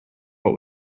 what